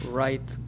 right